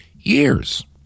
years